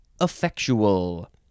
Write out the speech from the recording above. Effectual